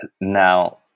Now